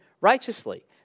righteously